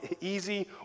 easy